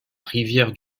rivière